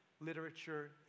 literature